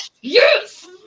Yes